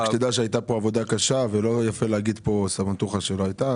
שתדע שהייתה פה עבודה קשה ולא יפה להגיד פה סמטוכה שלא הייתה.